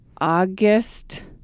August